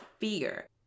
fear